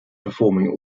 performing